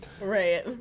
Right